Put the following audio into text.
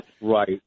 right